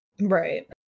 Right